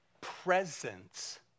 presence